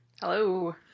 Hello